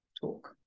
talk